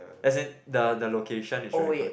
as in the the location is very good